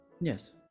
Yes